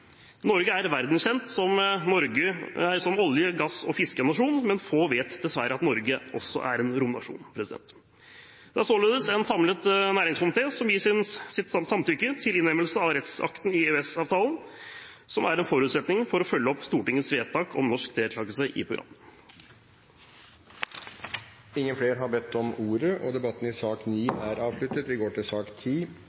Norge er verdenskjent som olje-, gass- og fiskenasjon, men få vet dessverre at Norge også er en romnasjon. Det er således en samlet næringskomité som gir sitt samtykke til innlemmelse av rettsakten i EØS-avtalen, som er en forutsetning for å følge opp Stortingets vedtak om norsk deltakelse i programmene. Flere har ikke bedt om ordet til sak nr. 9. Frihandelsavtalen mellom EFTA-statene og Bosnia-Hercegovina ble undertegnet under EFTAs ministermøte i